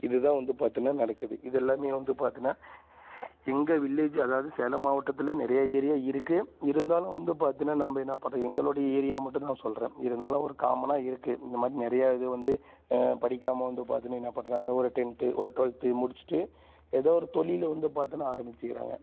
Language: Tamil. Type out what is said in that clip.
இது தான் வந்து பார்த்தீன்னா நடக்குது இதெல்லாமே வந்து பார்த்தீன்னா எங்கள் வில்லேஜ் அதாவது சேலம் மாவட்டத்தில் நிறைய ஏரியா இருக்குது இருந்தாலும் வந்து பார்த்தீன்னா நாம் என்னா பண்ணுறோம் எங்களுடைய ஏரியா மட்டும் நான் சொல்கிறேன் இருந்தாலும் ஒரு காமனாக இருக்குது இந்த மாதிரி நிறைய இது வந்து படிக்காமல் வந்து பார்த்தீன்னா என்ன பண்ணுறாங்க ஒரு டென்த்து ஒரு ட்வெல்த்து முடித்துட்டு ஏதோ ஒரு தொழில வந்து பார்த்தேன்னா ஆரம்பித்துக்கிறாங்க